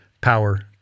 power